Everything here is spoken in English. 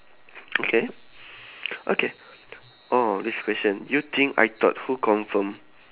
okay okay oh this question you think I thought who confirm